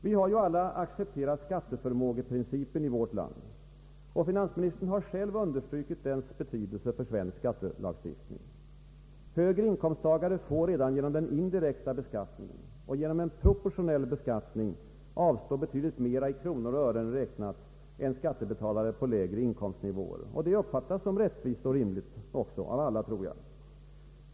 Vi har ju alla accepterat skatteförmågeprincipen i vårt land, och finansministern har själv understrukit dess betydelse för svensk skattelagstiftning. Högre inkomsttagare får redan genom den indirekta beskattningen och genom den proportionella beskattningen avstå betydligt mera i kronor och ören räknat än skattebetalare på lägre inkomstnivåer. Jag tror att detta också uppfattas såsom rättvist och rimligt av alla.